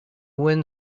wind